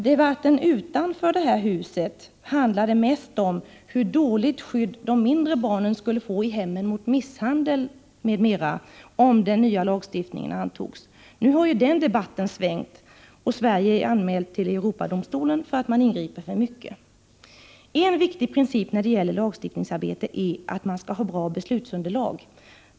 Debatten utanför detta hus handlade mest om hur dåligt skydd de mindre barnen skulle få mot misshandel i hemmen m.m. Nu har ju den debatten svängt, och Sverige är anmält till Europadomstolen för att man ingriper för mycket. En viktig princip när det gäller lagstiftningsarbete är att man skall ha bra beslutsunderlag.